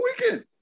weekend